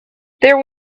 there